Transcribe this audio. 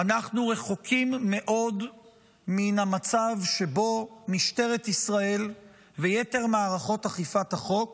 אנחנו רחוקים מאוד מן המצב שבו משטרת ישראל ויתר מערכות אכיפת החוק